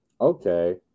Okay